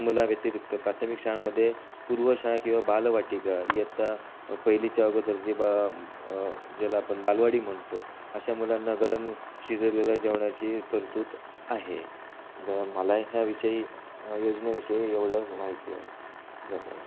मुलांव्यतिरिक्त प्राथमिक शाळांमध्ये पूर्व शाळा किवा बालवाटिका इयत्ता पहिलीच्या अगोदर जे ब ज्याला आपण बालवाडी म्हणतो अशा मुलांना गरम शिजवलेल्या जेवणाची तरतूद आहे तर मला ह्या विषयी योजनेविषयी एवढंच माहिती आहे धन्यवाद